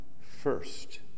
first